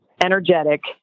energetic